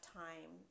time